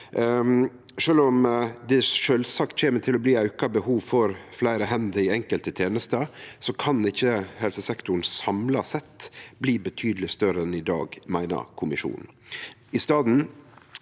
Sjølv om det sjølvsagt kjem til å bli auka behov for fleire hender i enkelte tenester, kan ikkje helsesektoren samla sett bli betydeleg større enn i dag, meiner kommisjonen.